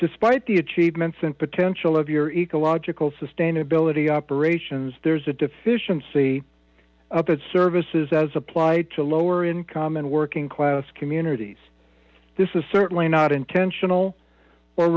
despite the achievements and potential of your ecological sustainability operations there is a deficiency of its services as applied to lower income ad working class communities this is certainly not intentional or